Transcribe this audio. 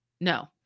no